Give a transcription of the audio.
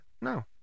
No